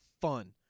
fun